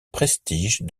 prestige